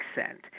accent